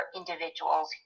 individuals